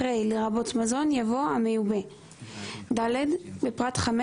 אחרי "לרבות מזון" יבוא "המיובא"; (ד) בפרט (5),